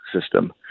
system